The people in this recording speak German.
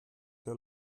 der